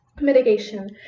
mitigation